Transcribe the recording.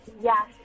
Yes